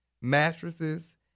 mattresses